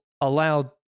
allowed